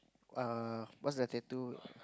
err what's that tattoo